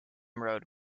road